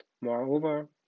Moreover